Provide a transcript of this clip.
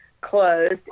closed